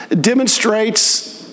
demonstrates